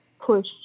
push